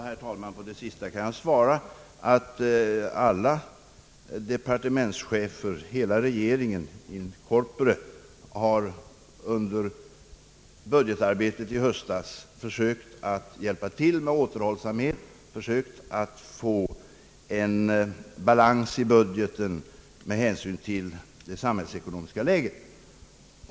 Herr talman! På det sista kan jag svara att alla departementschefer — regeringen in corpore — under budgetarbetet i höstas försökte hjälpa till genom att visa återhållsamhet. Hela regeringen har sökt få balans i budgeten med hänsyn till det samhällsekonomiska läget.